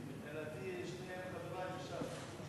כי, מבחינתי, שניהם חברי מש"ס.